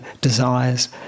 desires